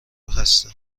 خسته